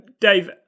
Dave